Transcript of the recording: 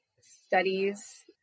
studies